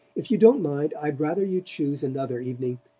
if you don't mind i'd rather you chose another evening.